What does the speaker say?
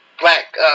black